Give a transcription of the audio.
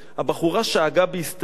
הבחורה שאגה בהיסטריה.